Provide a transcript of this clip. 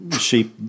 Sheep